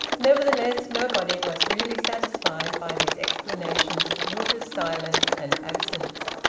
nevertheless, nobody was really satisfied by these explanations of hilda's silence and absence.